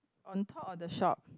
on top of the shop